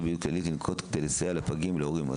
בריאות כללית לנקוט כדי לסייע לפגים ולהורים?